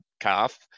calf